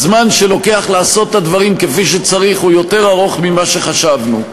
הזמן שלוקח לעשות את הדברים כפי שצריך הוא יותר ארוך ממה שחשבנו.